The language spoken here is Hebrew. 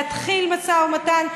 להתחיל משא ומתן,